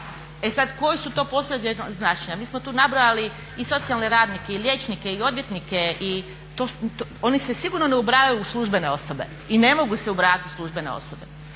E sad koji su to poslovi od javnog značenja? Mi smo tu nabrojali i socijalne radnike i liječnike i odvjetnike. Oni se sigurno ne ubrajaju u službene osobe i ne mogu se ubrajati u službene osobe.